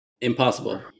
Impossible